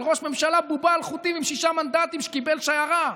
על ראש ממשלה בובה על חוטים עם שישה מנדטים שקיבל שיירה,